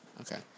Okay